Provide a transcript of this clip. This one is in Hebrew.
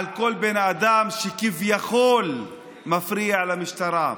על כל בן אדם שכביכול מפריע למשטרה.